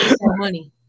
Money